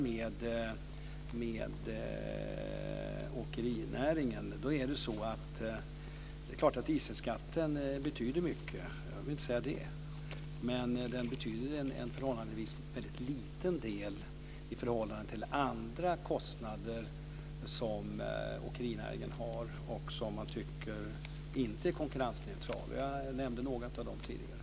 Men när jag för en diskussion med åkerinäringen är det klart att dieselskatten betyder mycket. Men den betyder en förhållandevis liten del jämfört med andra kostnader som åkerinäringen har och som man tycker inte är konkurrensneutrala. Jag nämnde några av dem tidigare.